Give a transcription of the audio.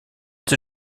the